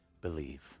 believe